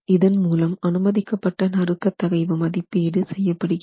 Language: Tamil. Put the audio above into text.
இதன் மூலம் அனுமதிக்கப்பட்ட நறுக்க தகைவு மதிப்பீடு செய்ய படுகிறது